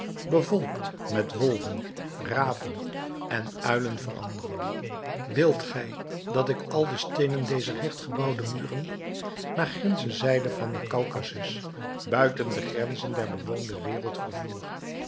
bevolkt met wolven raven en uilen veranderen wilt gij dat ik al de steenen dezer hecht gebouwde muren naar gindsche zijde van den kaukasus buiten de grenzen der bewoonde wereld vervoer